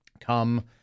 come